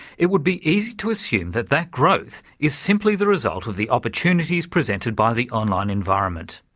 it would be easy to assume that that growth is simply the result of the opportunities presented by the online environment,